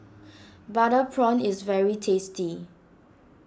Butter Prawn is very tasty